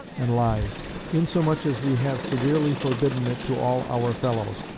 and lies insomuch as we have severely forbidden it to all our fellows,